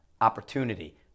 opportunity